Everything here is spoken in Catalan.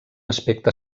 aspecte